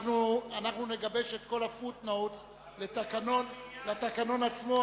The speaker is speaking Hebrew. נגבש את כל ה-footnotes לתקנון עצמו,